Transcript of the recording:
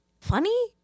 funny